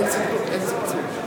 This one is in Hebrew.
אין צלצול.